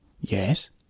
Yes